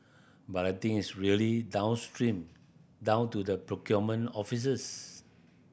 but I think it's really downstream down to the procurement offices